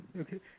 Okay